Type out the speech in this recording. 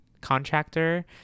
contractor